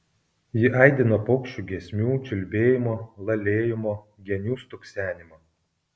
ji aidi nuo paukščių giesmių čiulbėjimo lalėjimo genių stuksenimo